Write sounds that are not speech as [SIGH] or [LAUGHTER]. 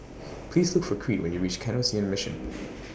Please Look For Crete when YOU REACH Canossian Mission [NOISE]